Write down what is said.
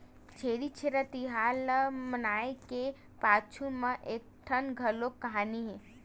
छेरछेरा तिहार ल मनाए के पाछू म एकठन घलोक कहानी हे